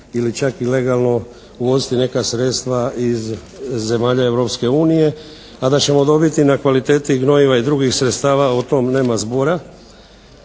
ili čak i legalno uvoziti neka sredstva iz zemalja Europske unije. A da ćemo dobiti na kvaliteti gnojiva i drugih sredstava o tom nema zbora.